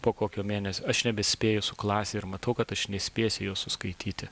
po kokio mėnesio aš nebespėju su klase ir matau kad aš nespėsiu jos suskaityti